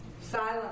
silence